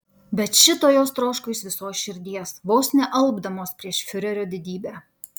bet šito jos troško iš visos širdies vos nealpdamos prieš fiurerio didybę